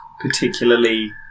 particularly